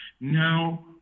now